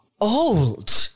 Old